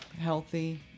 healthy